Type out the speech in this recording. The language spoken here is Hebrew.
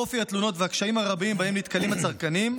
אופי התלונות והקשיים הרבים שבהם נתקלים הצרכנים,